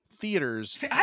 Theaters